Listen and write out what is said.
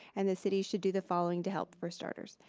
and the city should do the following to help for starters.